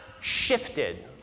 shifted